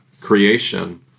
creation